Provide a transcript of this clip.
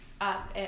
up